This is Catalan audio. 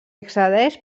accedeix